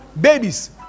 babies